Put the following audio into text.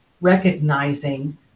recognizing